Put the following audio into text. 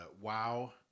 WoW